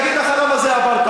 אני אגיד לך למה זה אפרטהייד.